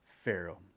Pharaoh